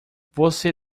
você